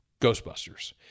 Ghostbusters